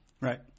Right